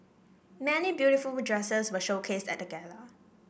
many beautiful dresses were showcased at the gala